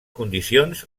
condicions